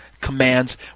commands